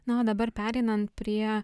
na o dabar pereinant prie